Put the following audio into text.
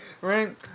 Right